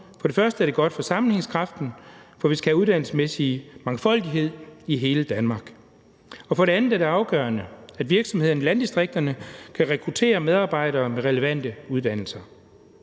For det første er det godt for sammenhængskraften, for vi skal have uddannelsesmæssig mangfoldighed i hele Danmark, og for det andet er det afgørende, at virksomhederne i landdistrikterne kan rekruttere medarbejdere med relevante uddannelser.